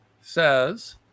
says –